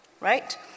right